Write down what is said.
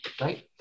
Right